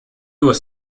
was